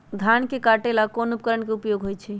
धान के काटे का ला कोंन उपकरण के उपयोग होइ छइ?